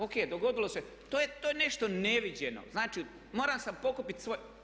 O.K, dogodilo se, to je nešto neviđeno, znači morao sam pokupiti svoje.